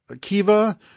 Kiva